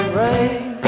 rain